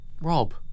Rob